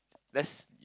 let's